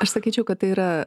aš sakyčiau kad tai yra